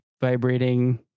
vibrating